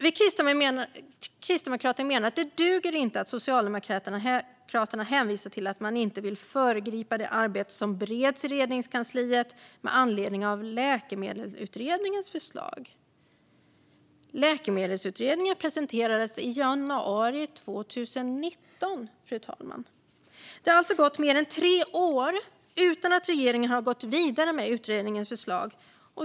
Vi kristdemokrater menar att det inte duger att Socialdemokraterna hänvisar till att man inte vill föregripa det arbete och den beredning som sker i Regeringskansliet med anledning av Läkemedelsutredningens förslag. Läkemedelsutredningens slutbetänkande presenterades i januari 2019, fru talman. Det har alltså gått mer än tre år utan att regeringen gått vidare med utredningens förslag.